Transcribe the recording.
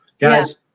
guys